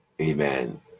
Amen